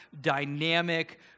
dynamic